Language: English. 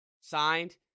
signed